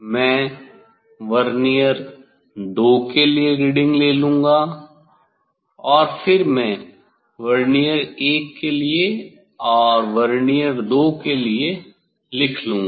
मैं वर्नियर 2 के लिए रीडिंग ले लूंगा और फिर मैं वर्नियर 1 के लिए और वर्नियर 2 के लिए लिख लूंगा